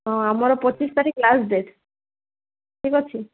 ହଁ ଆମର ପଚିଶ ତାରିଖ ଲାଷ୍ଟ ଡେଟ୍ ଠିକ ଅଛି